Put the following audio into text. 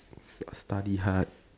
study hard